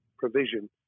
provision